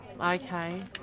Okay